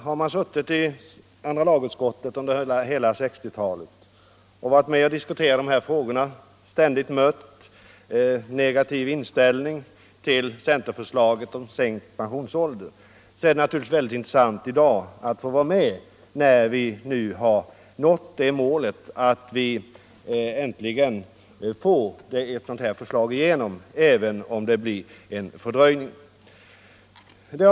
Har man som jag suttit med i andra lagutskottet under hela 1960-talet och varit med om att diskutera de här frågorna och därvid ständigt mött en negativ inställning till centerförslaget om sänkt pensionsålder, är det naturligtvis intressant att få vara med i dag, när vi nu äntligen har nått målet att få igenom ett sådant förslag, trots att det blivit en fördröjning.